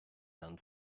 herrn